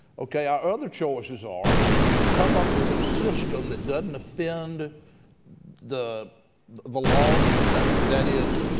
okay, our other choices are come up with a system that doesn't offend the the laws of the country, that is,